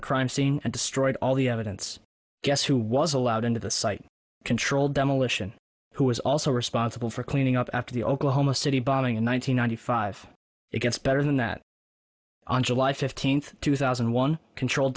a crime scene and destroyed all the evidence guess who was allowed into the site controlled demolition who was also responsible for cleaning up after the oklahoma city bombing in one thousand nine hundred five it gets better than that on july fifteenth two thousand and one controlled